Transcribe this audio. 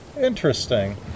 Interesting